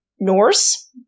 Norse